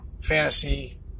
Fantasy